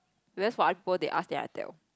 we are for are they are tell